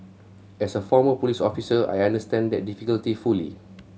as a former police officer I understand that difficulty fully